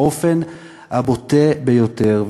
באופן הבוטה ביותר.